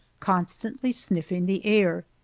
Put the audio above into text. constantly sniffing the air.